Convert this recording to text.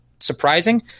surprising